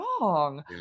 wrong